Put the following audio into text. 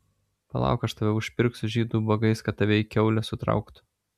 palauk aš tave užpirksiu žydų ubagais kad tave į kiaulę sutrauktų